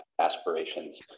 aspirations